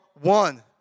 one